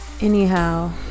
Anyhow